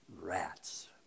Rats